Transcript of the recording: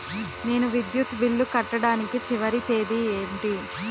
నేను విద్యుత్ బిల్లు కట్టడానికి చివరి తేదీ ఏంటి?